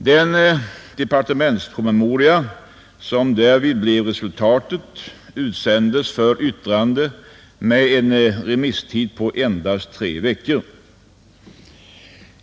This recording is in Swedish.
Den departementspromemoria, som därvid blev resultatet, utsändes för yttrande med en remisstid på endast tre veckor.